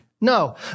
No